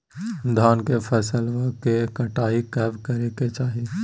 धान के फसलवा के कटाईया कब करे के चाही?